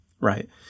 right